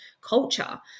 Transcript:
culture